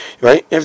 right